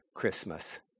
Christmas